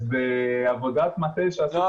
אז בעבודת מטה שעשינו --- לא,